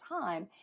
time